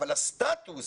אבל הסטטוס.